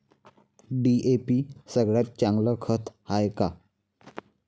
DAP सगळ्यात चांगलं खत हाये का?